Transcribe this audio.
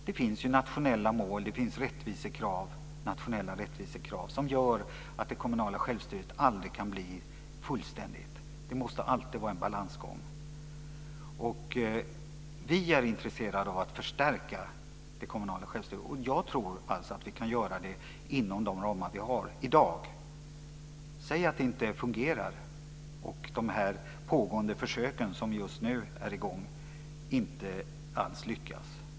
Det finns ju nationella mål och nationella rättvisekrav som gör att det kommunala självstyret aldrig kan blir fullständigt. Det måste alltid vara en balansgång. Vi är intresserade av att förstärka det kommunala självstyret, och jag tror att vi kan göra det inom de ramar vi har i dag. Det kan hända att det inte fungerar, och att de här försöken som just nu är på gång inte alls lyckas.